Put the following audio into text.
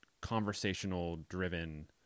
conversational-driven